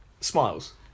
smiles